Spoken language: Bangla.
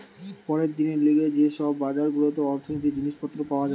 পরের দিনের লিগে যে সব বাজার গুলাতে অর্থনীতির জিনিস পত্র পাওয়া যায়